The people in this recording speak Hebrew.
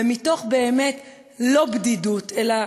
ובאמת מתוך לא בדידות אלא